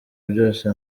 byose